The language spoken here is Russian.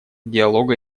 диалога